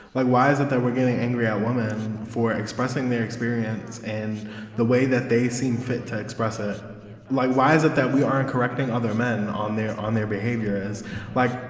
why? why is it that we're getting angry at women for expressing their experience and the way that they seem fit to express ah a lie? why is it that we aren't correcting other men on their on their behavior is by.